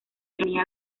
ironía